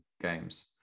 games